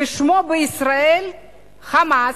ושמו בישראל "חמאס".